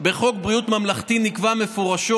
בחוק בריאות ממלכתי נקבע מפורשות